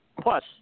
Plus